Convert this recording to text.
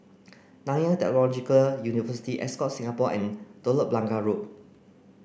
Nanyang Technological University Ascott Singapore and Telok Blangah Road